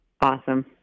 Awesome